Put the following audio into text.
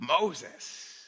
moses